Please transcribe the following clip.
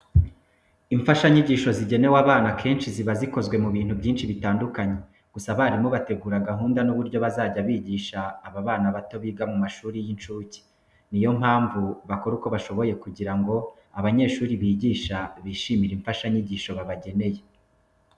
Imfashanyigisho zigenewe abana akenshi ziba zikozwe mu bintu byinshi bitandukanye. Gusa abarimu bategura gahunda n'uburyo bazajya bigisha aba bana bato biga mu mashuri y'incuke. Ni yo mpamvu bakora uko bashoboye kugira ngo abanyeshuri bigisha bishimire imfashanyigisho babageneye.